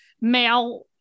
male